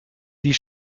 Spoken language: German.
die